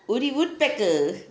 woody woodpecker